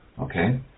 okay